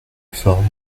forme